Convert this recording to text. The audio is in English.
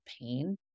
pain